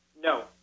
No